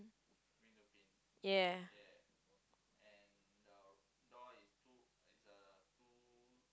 ya